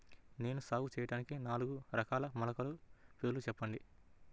నేను సాగు చేయటానికి నాలుగు రకాల మొలకల పేర్లు చెప్పండి?